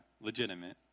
legitimate